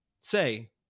say